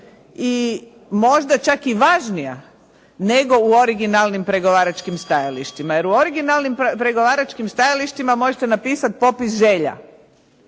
i možda čak i važnija nego u originalnim pregovaračkim stajalištima, jer u originalnim pregovaračkim stajalištima možete napisati popis želja.